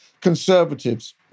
conservatives